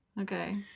okay